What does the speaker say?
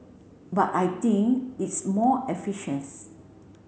but I think it's more